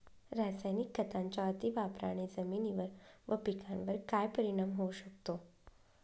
रासायनिक खतांच्या अतिवापराने जमिनीवर व पिकावर काय परिणाम होऊ शकतो?